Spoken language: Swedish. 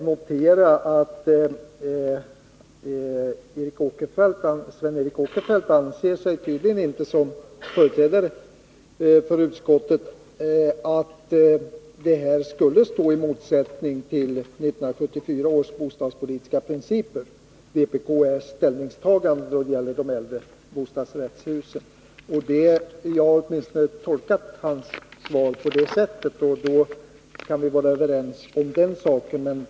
Jag har noterat att Sven Eric Åkerfeldt i sin egenskap av företrädare för utskottet tydligen inte anser att vpk:s ställningstagande när det gäller de äldre bostadsrättshusen står i motsättning till 1974 års bostadspolitiska principer. Jag har åtminstone tolkat hans svar på det sättet, och då kan vi vara överens om den saken.